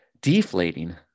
deflating